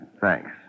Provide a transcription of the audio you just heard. Thanks